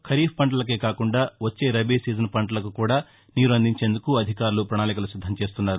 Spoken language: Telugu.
ఖరీఫ్ పంటలకే కాకుండా వచ్చే రబీ సీజన్ పంటలకు కూడా నీరు అందించేందుకు అధికారులు ప్రణాళికలు సిద్దం చేస్తున్నారు